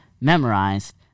memorized